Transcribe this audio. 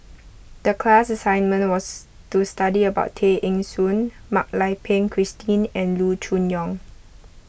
the class assignment was to study about Tay Eng Soon Mak Lai Peng Christine and Loo Choon Yong